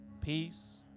peace